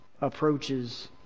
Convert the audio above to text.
approaches